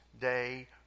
day